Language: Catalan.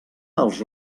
els